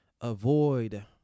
avoid